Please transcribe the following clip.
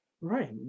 right